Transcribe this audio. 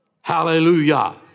Hallelujah